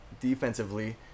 Defensively